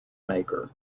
maker